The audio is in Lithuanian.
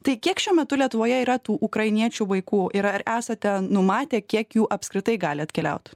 tai kiek šiuo metu lietuvoje yra tų ukrainiečių vaikų ir ar esate numatę kiek jų apskritai gali atkeliaut